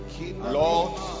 Lord